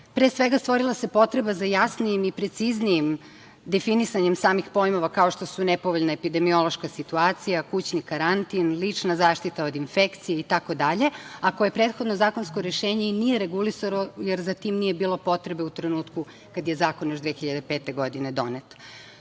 Pre svega stvorila se potreba za jasnim i preciznijim definisanjem samih pojmova kao što su nepovoljna epidemiološka situacija, kućni karantin, lična zaštita od infekcije, itd. a koje prethodno zakonsko rešenje i nije regulisalo, jer za tim i nije bilo potrebe u trenutku kad je zakon još 2005. godine donet.